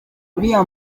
uriya